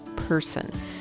person